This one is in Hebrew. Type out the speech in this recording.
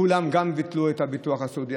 כולן ביטלו את הביטוח הסיעודי,